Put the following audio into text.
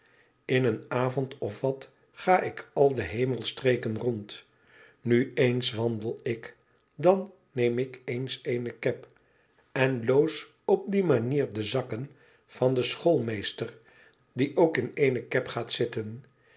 in een avond of wat ga ik al de hemelstreken rond nu eens wandel ik dan neem ik eens eene cab en loos op die manier de zakken van den schoolmeester die ook in eene cab gaat zitten